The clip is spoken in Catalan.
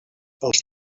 als